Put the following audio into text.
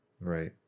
Right